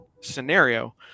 scenario